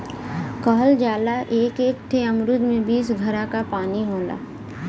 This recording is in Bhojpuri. कहल जाला एक एक ठे अमरूद में बीस घड़ा क पानी होला